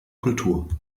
kultur